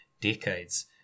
decades